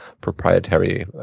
proprietary